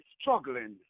struggling